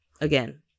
again